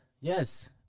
Yes